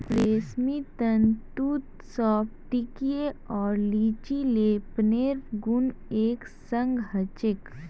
रेशमी तंतुत स्फटिकीय आर लचीलेपनेर गुण एक संग ह छेक